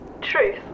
Truth